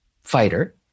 fighter